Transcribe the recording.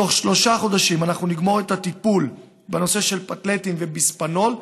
בתוך שלושה חודשים אנחנו נגמור את הטיפול בנושא של פתלטים וביספינול,